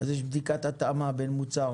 אז יש בדיקת התאמה בין מוצר,